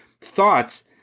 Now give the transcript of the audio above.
thoughts